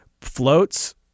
floats